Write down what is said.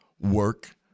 work